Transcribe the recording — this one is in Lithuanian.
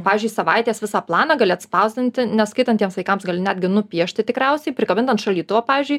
pavyzdžiui savaitės visą planą gali atspausdinti neskaitantiems vaikams gali netgi nupiešti tikriausiai prikabint ant šaldytuvo pavyzdžiui